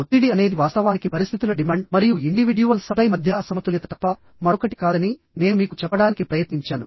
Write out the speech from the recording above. ఒత్తిడి అనేది వాస్తవానికి పరిస్థితుల డిమాండ్ మరియు ఇండివిడ్యువల్ సప్లై మధ్య అసమతుల్యత తప్ప మరొకటి కాదని నేను మీకు చెప్పడానికి ప్రయత్నించాను